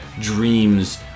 dreams